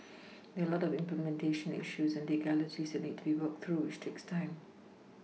there are a lot of implementation issues and legalities that need to be worked through which takes time